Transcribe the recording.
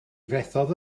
fethodd